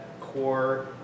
core